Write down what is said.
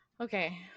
Okay